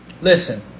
Listen